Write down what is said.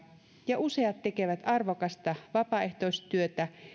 ja useat tekevät arvokasta vapaaehtoistyötä